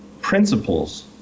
principles